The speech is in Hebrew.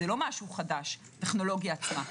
זה לא חדש הטכנולוגיה עצמה.